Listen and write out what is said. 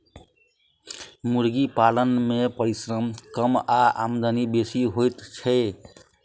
मुर्गी पालन मे परिश्रम कम आ आमदनी बेसी होइत छै